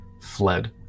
fled